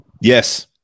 Yes